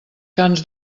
cants